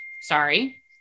Sorry